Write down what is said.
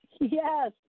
Yes